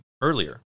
earlier